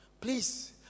Please